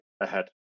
ahead